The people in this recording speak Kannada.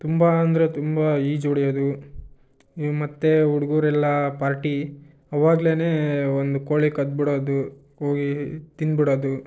ತುಂಬ ಅಂದರೆ ತುಂಬ ಈಜು ಹೊಡೆಯೋದು ಮತ್ತು ಹುಡುಗರೆಲ್ಲ ಪಾರ್ಟಿ ಅವಾಗ್ಲೇ ಒಂದು ಕೋಳಿ ಕದ್ದುಬಿಡೋದು ಹೋಗಿ ತಿಂದುಬಿಡೋದು